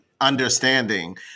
Understanding